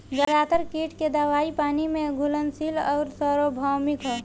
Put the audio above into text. ज्यादातर कीट के दवाई पानी में घुलनशील आउर सार्वभौमिक ह?